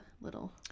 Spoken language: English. little